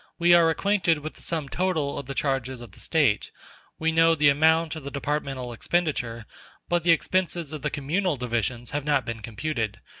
we are acquainted with the sum total of the charges of the state we know the amount of the departmental expenditure but the expenses of the communal divisions have not been computed,